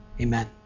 Amen